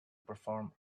perform